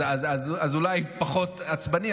אז אולי פחות עצבני,